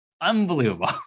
Unbelievable